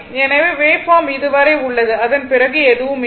எனவே வேவ்பார்ம் இது வரை உள்ளது அதன் பிறகு எதுவும் இல்லை